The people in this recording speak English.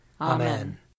Amen